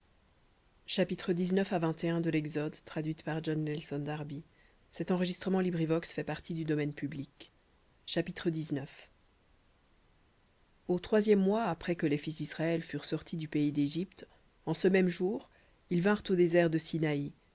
au troisième mois après que les fils d'israël furent sortis du pays d'égypte en ce même jour ils vinrent au désert de